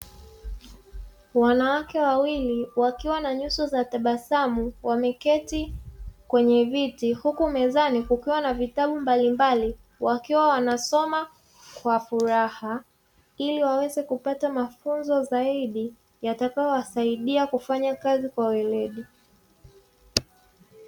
Wanawake wawili wakiwa na nyuso za tabasamu wameketi kwenye viti huku mezani kukiwa na vitabu mbalimbali wakiwa wanasoma kwa furaha, ili waweze kupata mafunzo zaidi yatakayowasaidia kufanya kazi kwa uweledi.